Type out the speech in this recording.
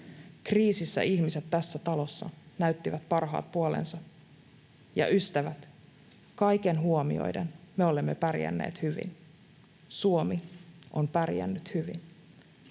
Kriisissä ihmiset tässä talossa näyttivät parhaat puolensa. Ja ystävät, kaiken huomioiden me olemme pärjänneet hyvin. Suomi on pärjännyt hyvin.